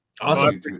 Awesome